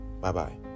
Bye-bye